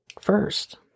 first